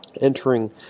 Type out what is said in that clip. Entering